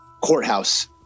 courthouse